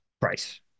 price